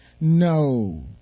no